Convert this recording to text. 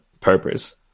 purpose